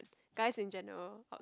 guys in general